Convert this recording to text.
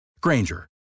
Granger